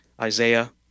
Isaiah